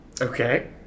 Okay